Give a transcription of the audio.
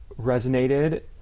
resonated